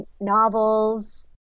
novels